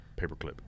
paperclip